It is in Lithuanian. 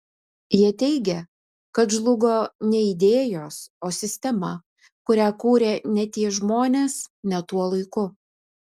jie teigia kad žlugo ne idėjos o sistema kurią kūrė ne tie žmonės ne tuo laiku